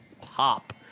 pop